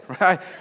right